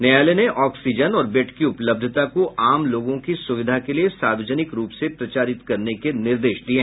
न्यायालय ने ऑक्सीजन और बेड की उपलब्धता को आम लोगों की सुविधा के लिए सार्वजनिक रूप से प्रचारित करने के निर्देश दिये